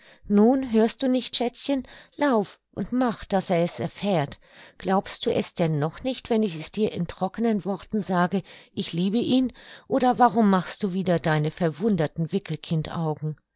nun hörst du nicht schätzchen lauf und mach daß er es erfährt glaubst du es denn noch nicht wenn ich es dir in trockenen worten sage ich liebe ihn oder warum machst du wieder deine verwunderten